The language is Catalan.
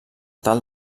tal